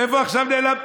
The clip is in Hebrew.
איפה עכשיו נעלמת?